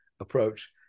approach